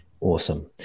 Awesome